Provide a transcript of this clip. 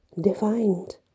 defined